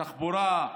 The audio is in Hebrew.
תחבורה,